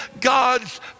God's